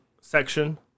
section